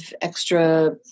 extra